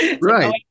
right